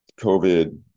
COVID